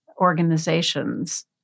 organizations